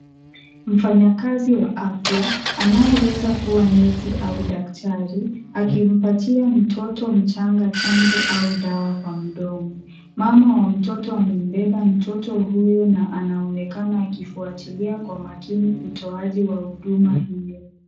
Mfanyakazi wa afya anayeweza kuwa nesi au daktari, akimpatia mtoto mchanga chanjo au dawa kwa mdomo. Mama wa mtoto amembeba mtoto huyo na anaonekana akifuatilia kwa makini utoaji wa huduma hiyo.